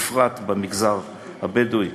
בפרט במגזר הבדואי,